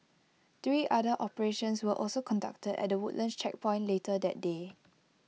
three other operations were also conducted at the Woodlands checkpoint later that day